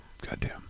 Goddamn